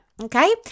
okay